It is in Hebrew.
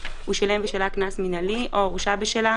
(א)הוא שילם בשלה קנס מינהלי או הורשע בשלה,